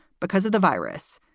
because of the virus,